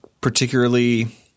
particularly